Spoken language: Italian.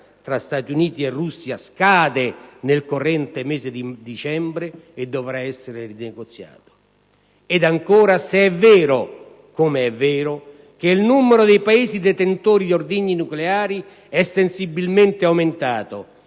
tra Stati Uniti e Russia scade nel corrente mese di dicembre e dovrà essere rinegoziato. E ancora, se è vero, com'è vero, che il numero dei Paesi detentori di ordigni nucleari è sensibilmente aumentato,